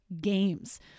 games